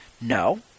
No